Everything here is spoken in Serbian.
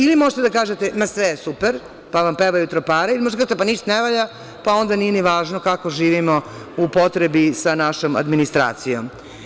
Ili možete da kažete ma sve je super, pa vam pevaju tropari, možete da kažete pa ništa ne valja, pa onda nije ni važno ni kako živimo u potrebi sa našom administracijom.